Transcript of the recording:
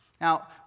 Now